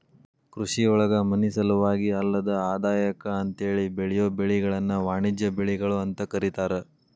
ಕೃಷಿಯೊಳಗ ಮನಿಸಲುವಾಗಿ ಅಲ್ಲದ ಆದಾಯಕ್ಕ ಅಂತೇಳಿ ಬೆಳಿಯೋ ಬೆಳಿಗಳನ್ನ ವಾಣಿಜ್ಯ ಬೆಳಿಗಳು ಅಂತ ಕರೇತಾರ